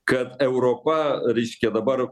kad europa reiškia dabar